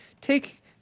Take